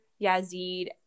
Yazid